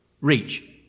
reach